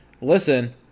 listen